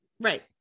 Right